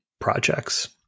projects